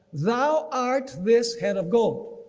thou art this head of gold.